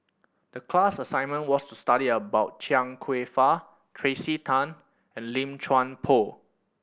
the class assignment was to study about Chia Kwek Fah Tracey Tan and Lim Chuan Poh